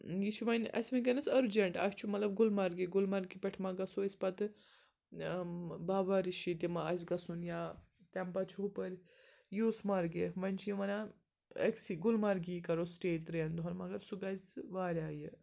یہِ چھُ وۄنۍ اَسہِ وٕنۍکٮ۪نَس أرجنٛٹ اَسہِ چھُ مطلب گُلمرگہِ گُلمَرگہِ پٮ۪ٹھ مہ گَژھو أسۍ پَتہٕ بابا ریٖشی تہِ ما آسہِ گژھُن یا تَمہِ پَتہٕ چھُ ہُپٲرۍ یوٗسمَرگہِ وۄنۍ چھِ یِم وَنان أکۍسٕے گُلمَرگہِ یی کَرو سِٹے ترٛٮ۪ن دۄہَن مگر سُہ گَژھِ واریاہ یہِ